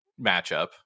matchup